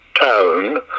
town